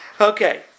Okay